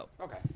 Okay